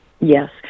Yes